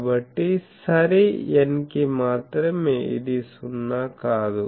కాబట్టి సరి n కి మాత్రమే ఇది సున్నా కాదు